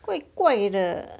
怪怪的